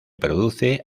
produce